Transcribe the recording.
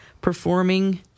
performing